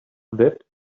that